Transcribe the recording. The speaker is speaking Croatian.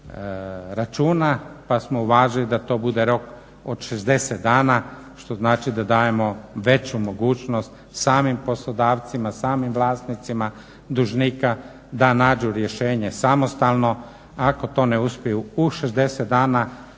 pa smo uvažili da to bude rok od 60 dana što znači da dajemo veću mogućnost samim poslodavcima, samim vlasnicima dužnika da nađu rješenje samostalno. Ako to ne uspiju u 60 dana